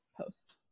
post